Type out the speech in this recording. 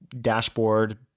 dashboard